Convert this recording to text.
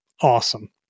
Awesome